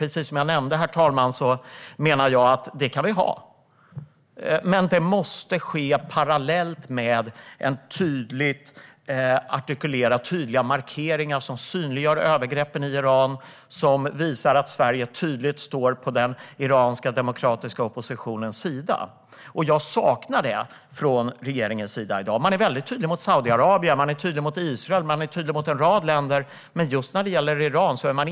Precis som jag nämnde menar jag att vi visst kan ha det, men det måste ske parallellt med tydligt artikulerade markeringar som synliggör övergreppen i Iran och tydligt visar att Sverige står på den iranska demokratiska oppositionens sida. Jag saknar detta från regeringens sida i dag. Man är väldigt tydlig mot Saudiarabien, Israel och en rad andra länder, men inte när det gäller Iran.